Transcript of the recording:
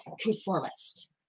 conformist